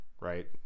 right